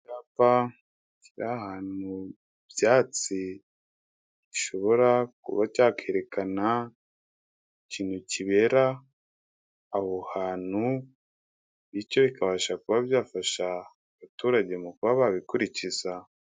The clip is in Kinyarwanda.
Icyapa kiri ahantu mu byatsi, gishobora kuba cyakerekana ikintu kibera aho hantu, bityo bikabasha kuba byafasha abaturage mu kuba babikurikiza.